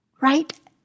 right